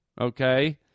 okay